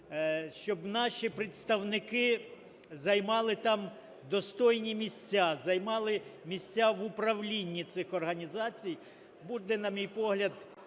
щоб наші представники займали там достойні місця, займали місця в управлінні цих організацій, буде, на мій погляд,